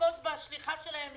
שעוסקות בשליחתם לפולין.